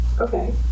Okay